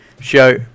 show